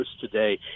today